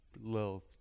little